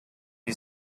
you